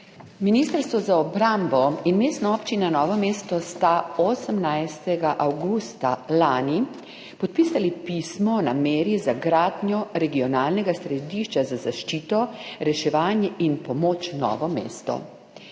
Ministrstvo za obrambo in Mestna občina Novo mesto sta 18. avgusta lani podpisala pismo o nameri za gradnjo Regionalnega središča za zaščito, reševanje in pomoč Novo mesto.